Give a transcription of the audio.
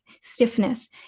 stiffness